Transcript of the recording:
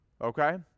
okay